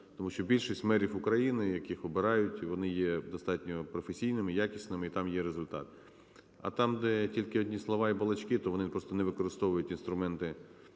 Тому що більшість мерів України, яких обирають, вони є достатньо професійними, якісними і там є результат. А там, де тільки одні слова і балачки, то вони просто не використовують інструменти